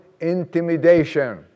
intimidation